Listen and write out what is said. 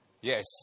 Yes